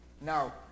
Now